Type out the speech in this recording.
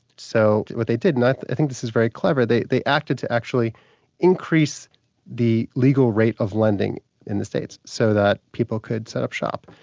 so what they did, and i think this is very clever, they they acted to actually increase the legal rate of lending in the states, so that people could set up shop,